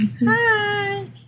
Hi